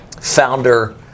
founder